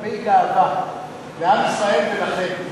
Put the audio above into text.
מביא הרבה גאווה לעם ישראל ולכם.